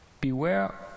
beware